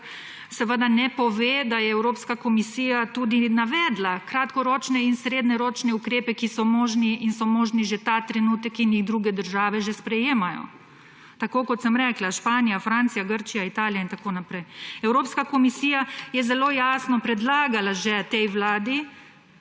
seveda ne pove, da je Evropska komisija tudi navedla kratkoročne in srednjeročne ukrepe, ki so možni in so možni že ta trenutek in jih druge države že sprejemajo, tako kot sem rekla: Španija, Francija, Grčija, Italija in tako naprej. Evropska komisija je že zelo jasno predlagala tej vladi